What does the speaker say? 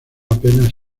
apenas